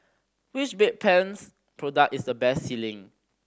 which Bedpans product is the best selling